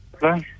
Hello